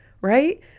right